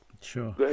Sure